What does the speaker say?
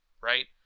right